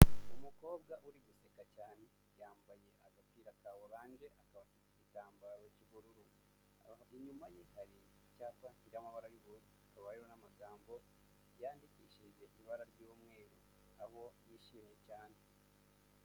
Umukobwa uri guseka cyane, yambaye agapira ka oranje, akaba afite igitambaro cy'ubururu, inyuma ye hari icyapa cy'amabara y'ubururu, hakaba hariho n'amagambo yandikishije ibara ry'umweru, aho yishimye cyane.